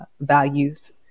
values